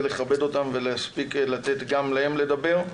לכבד אותם ולהספיק לתת גם להם לדבר.